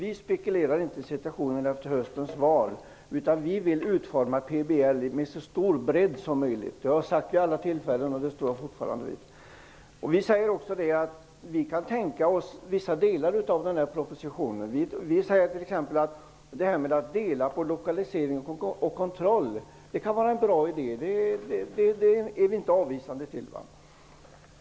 Vi spekulerar inte i situationen efter höstens val, utan vi vill utforma PBL med så stor bredd som möjligt. Jag har sagt det vid alla tillfällen, och det står jag fortfarande vid. Vi säger att vi kan tänka oss anta vissa delar av propositionen. Vi säger t.ex. att idén att dela på lokalisering och kontroll kan vara bra. Det är vi inte avvisande till.